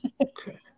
Okay